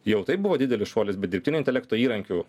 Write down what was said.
jau tai buvo didelis šuolis bet dirbtinio intelekto įrankių